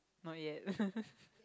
not yet